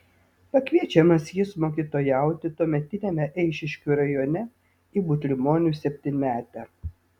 pakviečiamas jis mokytojauti tuometiniame eišiškių rajone į butrimonių septynmetę